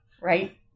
right